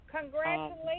Congratulations